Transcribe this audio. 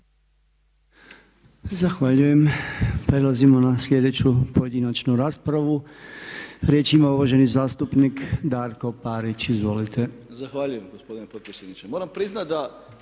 Zahvaljujem. Prelazimo na sljedeću pojedinačnu raspravu, riječ ima uvaženi zastupnik Darko Parić. Izvolite.